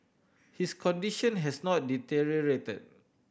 his condition has not deteriorated